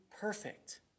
perfect